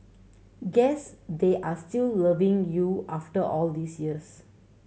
guess they are still loving you after all these years